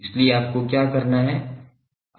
इसलिए आपको क्या करना है